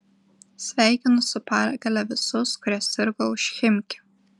sveikinu su pergale visus kurie sirgo už chimki